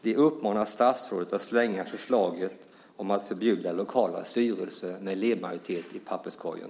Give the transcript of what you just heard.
Vi uppmanar statsrådet att slänga förslaget om att förbjuda lokala styrelser med elevmajoritet i papperskorgen.